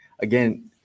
Again